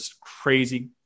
crazy